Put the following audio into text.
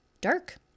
dark